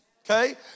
Okay